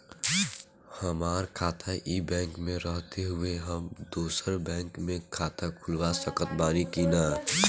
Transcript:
हमार खाता ई बैंक मे रहते हुये हम दोसर बैंक मे खाता खुलवा सकत बानी की ना?